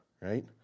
right